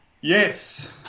Yes